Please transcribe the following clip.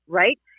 right